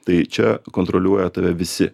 tai čia kontroliuoja tave visi